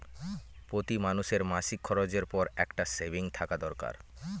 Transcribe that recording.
প্রতি মানুষের মাসিক খরচের পর একটা সেভিংস থাকা দরকার